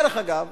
דרך אגב,